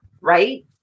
right